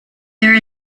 there